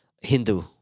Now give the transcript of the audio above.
hindu